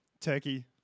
Turkey